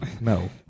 No